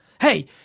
Hey